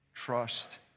Trust